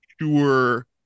sure